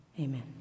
Amen